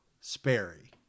Sperry